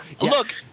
Look